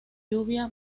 lluvia